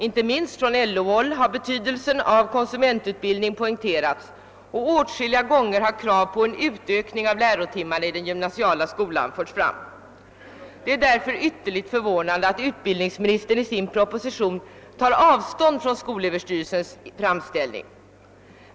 Inte minst från LO-håll har betydelsen av konsumentutbildning poängterats, och krav på en utökning av lärotimmarnas antal i den gymnasiala skolan har åtskilliga gånger förts fram. Det är därför ytterligt förvånande att utbildningsministern i sin proposition tar avstånd från skolöverstyrelsens framställning.